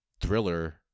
thriller